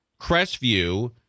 Crestview